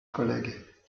collègue